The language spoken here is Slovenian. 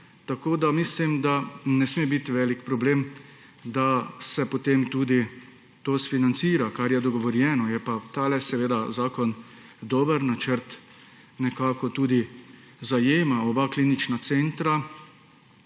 Mislim, da ne sme biti velik problem, da se potem tudi sfinancira, kar je dogovorjeno. Je pa tale zakon dober načrt, zajema oba klinična centra.